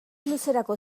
luzerako